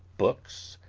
books,